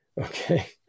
Okay